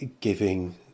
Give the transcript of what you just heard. giving